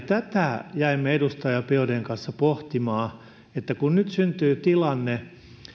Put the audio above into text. tätä jäimme edustaja biaudetn kanssa pohtimaan että nyt syntyy tilanne